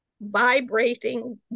vibrating